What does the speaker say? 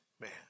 man